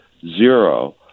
zero